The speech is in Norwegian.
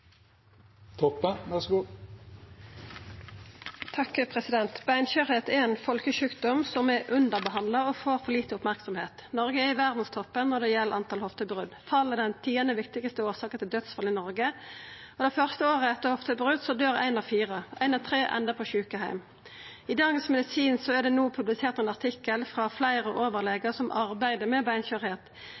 er ein folkesjukdom som er underbehandla og får for lita merksemd. Noreg er i verdstoppen når det gjeld antal hoftebrot. Fall er den tiande viktigaste årsaka til dødsfall i Noreg. Det første året etter hoftebrot døyr ein av fire. Ein av tre endar på sjukeheim. I Dagens Medisin er det no publisert ein artikkel frå fleire overlegar som arbeider med